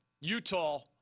Utah